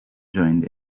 joined